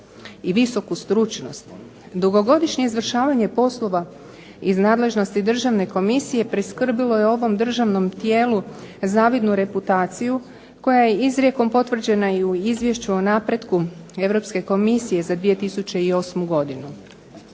i visoku stručnost. Dugogodišnje izvršavanje poslova iz nadležnosti državne komisije priskrbilo je ovom državnom tijelu zavidnu reputaciju, koja je izrijekom potvrđena i u izvješću o napretku Europske Komisije za 2008. godinu.